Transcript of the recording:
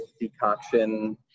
decoction